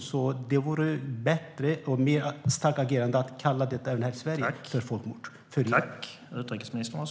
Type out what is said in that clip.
Det vore ett bättre och starkare agerande att även här i Sverige kalla det för ett folkmord.